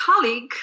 colleague